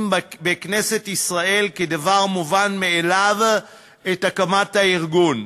בכנסת ישראל כדבר מובן מאליו את הקמת הארגון,